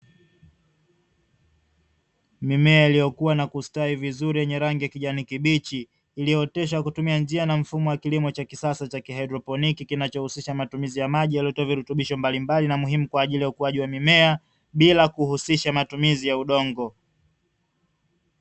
Mimea iliyokuwa na kustawi vizuri yenye rangi kijani kibichi, iliyooteshwa kutumia njia na mfumo wa kilimo cha kisasa cha kihaidroponi, kinachohusisha matumizi ya maji yaliyotiwa virutubisho mbalimbali vya muhimu kwa ajili ya ukuaji wa mimea, bila kuhusisha matumizi ya udongo.